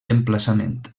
emplaçament